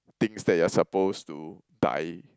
things that you are supposed to die